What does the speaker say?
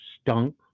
stunk